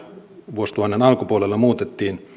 vuosituhannen alkupuolella muutettiin